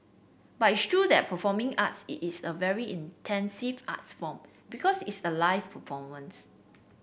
but it's true that performing arts it's a very intensive art form because it's a live performance